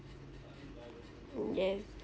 !woo! yes